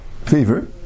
fever